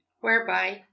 whereby